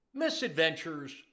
Misadventures